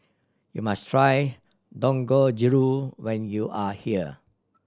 you must try Dangojiru when you are here